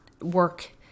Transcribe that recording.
work